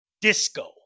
disco